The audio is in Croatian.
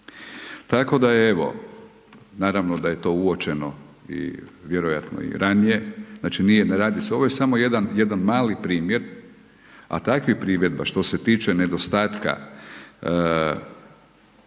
tako da evo, naravno da je to uočeno i vjerojatno i ranije, znači, nije, ne radi se, ovo je samo jedan, jedan mali primjer, a takvih primjera što se tiče nedostatka